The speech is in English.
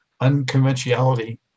unconventionality